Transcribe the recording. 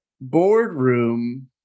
boardroom